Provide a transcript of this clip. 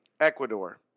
Ecuador